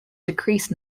decreased